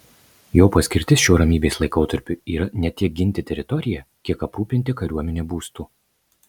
jo paskirtis šiuo ramybės laikotarpiu yra ne tiek ginti teritoriją kiek aprūpinti kariuomenę būstu